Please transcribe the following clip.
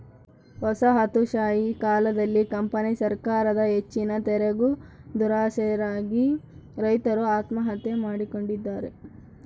ವಸಾಹತುಶಾಹಿ ಕಾಲದಲ್ಲಿ ಕಂಪನಿ ಸರಕಾರದ ಹೆಚ್ಚಿನ ತೆರಿಗೆದುರಾಸೆಗೆ ರೈತರು ಆತ್ಮಹತ್ಯೆ ಮಾಡಿಕೊಂಡಿದ್ದಾರೆ